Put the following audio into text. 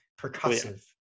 percussive